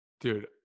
Dude